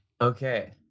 okay